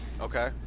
Okay